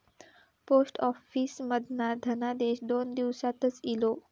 post office मधना धनादेश दोन दिवसातच इलो